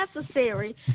necessary